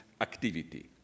activity